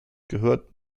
gehört